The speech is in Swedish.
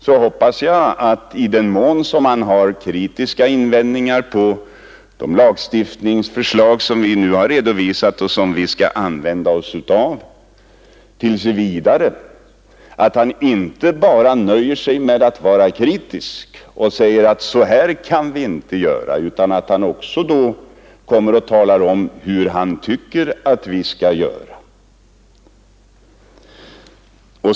Jag hoppas att han, i den mån som han har kritiska invändningar mot de lagstiftningsförslag som nu har redovisats, inte nöjer sig med att bara vara kritisk och säga hur vi inte kan göra, utan också talar om hur han tycker att vi bör göra.